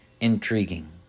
intriguing